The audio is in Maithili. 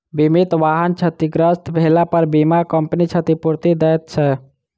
बीमित वाहन क्षतिग्रस्त भेलापर बीमा कम्पनी क्षतिपूर्ति दैत छै